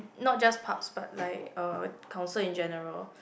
not just Pubs but like uh council in general